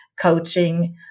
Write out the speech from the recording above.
coaching